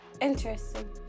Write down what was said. Interesting